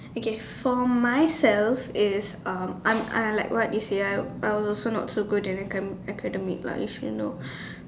okay for myself is um I'm I like what you say I I also not so good in aca~ academic lah if you know